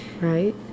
Right